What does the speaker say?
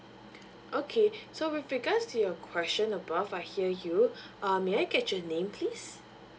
okay so with regards to your question above I hear you um may I get your name please